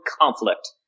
conflict